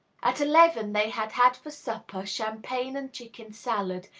at eleven they had had for supper champagne and chicken salad,